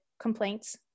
complaints